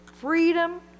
freedom